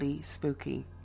Spooky